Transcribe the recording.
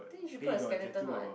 then you should put a skeleton [what]